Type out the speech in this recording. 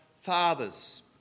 fathers